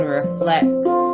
reflects